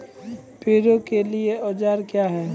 Paddy के लिए औजार क्या हैं?